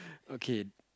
okay